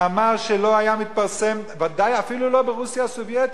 מאמר שלא היה מתפרסם אפילו ברוסיה הסובייטית,